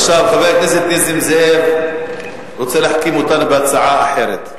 חבר הכנסת נסים זאב רוצה להחכים אותנו בהצעה אחרת.